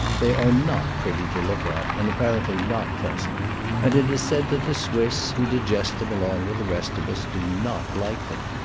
they are not pretty to look at, and apparently not pleasant and it is said that the swiss, who digest them along with the rest of us, do not like them.